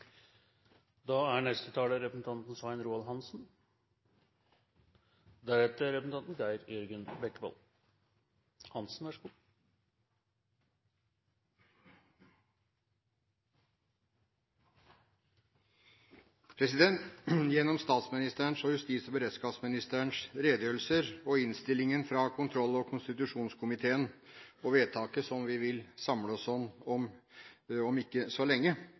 Gjennom statsministerens og justis- og beredskapsministerens redegjørelser, innstillingen fra kontroll- og konstitusjonskomiteen og vedtaket som vi vil samle oss om om ikke så lenge,